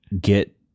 get